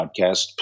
podcast